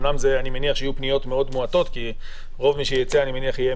אמנם אני מניח שיהיו פניות מועטות מאוד כי רוב מי שייצא יהיה